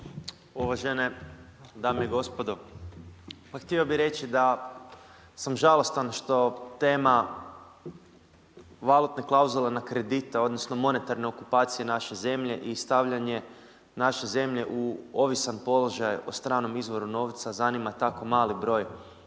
Uvažene dame i gospodo, pa htio bi reći da sam žalostan što tema valutne klauzule na kredite, odnosno monetarne okupacije naše zemlje i stavljanje naše zemlje u ovisan položaj o stranom izvoru novca zanima tako mali broj